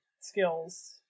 skills